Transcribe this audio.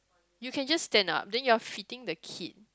you can just stand up then you're feeding the kid